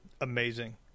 Amazing